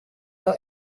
wol